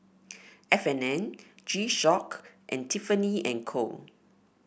F and N G Shock and Tiffany And Co